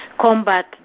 combat